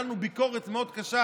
הייתה לנו ביקורת מאוד קשה,